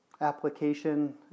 application